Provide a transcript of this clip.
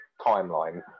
timeline